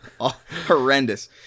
horrendous